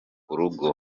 urugo